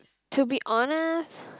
to be honest